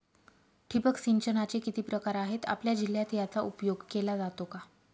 ठिबक सिंचनाचे किती प्रकार आहेत? आपल्या जिल्ह्यात याचा उपयोग केला जातो का?